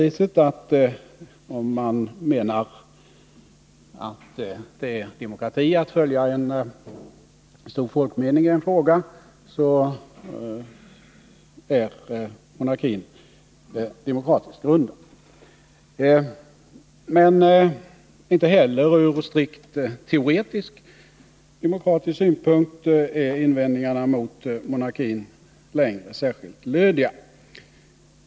Om mr; + menar att det är demokrati att följa en stor folkmening i en fråga, så är muuarkin demokratiskt grundad. Men inte heller ur strikt teoretisk demokratisk synpunkt är invändningarna mot monarkin längre särskilt lödiga.